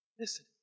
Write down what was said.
Listen